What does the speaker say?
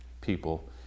people